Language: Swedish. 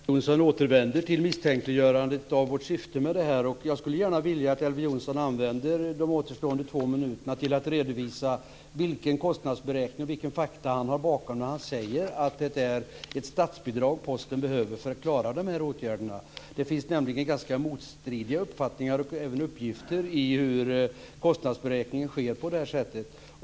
Fru talman! Elver Jonsson återvänder till misstänkliggörandet av vårt syfte med det här. Jag skulle vilja att Elver Jonsson använder de återstående två minuterna till att redovisa vilken kostnadsberäkning och vilka fakta han har bakom sig när han säger att det är ett statsbidrag som Posten behöver för att klara de här åtgärderna. Det finns nämligen ganska motstridiga uppfattningar och även uppgifter om hur kostnadsberäkningen sker.